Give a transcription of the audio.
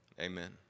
Amen